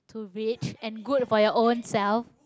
too rich and good for your own self